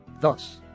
Thus